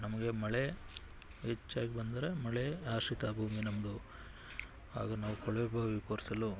ನಮಗೆ ಮಳೆ ಹೆಚ್ಚಾಗಿ ಬಂದರೆ ಮಳೆ ಆಶ್ರಿತ ಭೂಮಿ ನಮ್ಮದು ಆಗ ನಾವು ಕೊಳವೆ ಬಾವಿ ಕೊರೆಸಲು